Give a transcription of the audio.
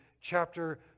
chapter